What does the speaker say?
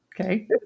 okay